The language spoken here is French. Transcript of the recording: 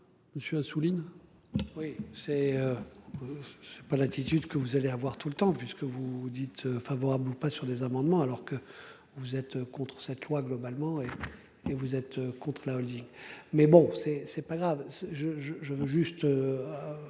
Monsieur Assouline. Oui c'est. C'est pas l'attitude que vous allez avoir tout le temps puisque vous dites favorables ou pas sur des amendements, alors que vous êtes contre cette loi globalement et et vous êtes contre la Holding mais bon c'est c'est pas grave je je je veux juste.